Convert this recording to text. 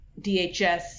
DHS